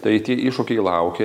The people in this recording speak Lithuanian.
tai tie iššūkiai laukia